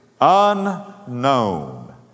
Unknown